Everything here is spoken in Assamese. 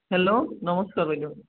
হেল্ল' নমস্কাৰ বাইদেউ